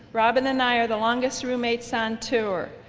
robin and i are the longest roommates on tour,